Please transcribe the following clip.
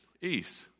east